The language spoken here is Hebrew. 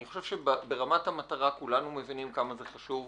אני חושב שברמת המטרה כולנו מבינים עד כמה זה חשוב.